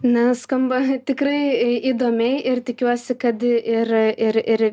na skamba tikrai įdomiai ir tikiuosi kad ir ir ir